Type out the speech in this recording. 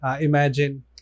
imagine